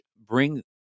bring